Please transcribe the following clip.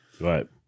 Right